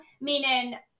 meaning